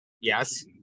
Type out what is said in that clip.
Yes